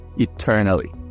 eternally